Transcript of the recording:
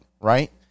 right